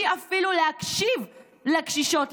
אפילו בלי להקשיב לקשישות,